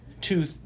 two